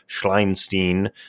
Schleinstein